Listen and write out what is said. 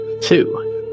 Two